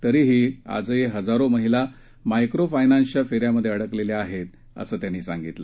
तरीही आजही हजारो महिला मायक्रो फायनान्सच्या फेऱ्यांमध्ये अडकल्या आहेत असं त्यांनी सांगितलं